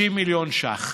60 מיליון ש"ח.